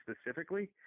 specifically